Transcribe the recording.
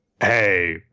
Hey